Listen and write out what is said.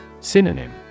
Synonym